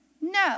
No